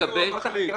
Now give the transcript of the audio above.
המחליט?